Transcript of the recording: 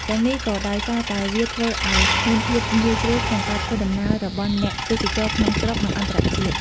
ទាំំងនេះក៏ដោយសារតែ វាធ្វើឪ្យមានភាពងាយស្រួលក្នុងការធ្វើដំណើររបស់អ្នកទេសចរក្នុងស្រុក និងអន្តរជាតិ។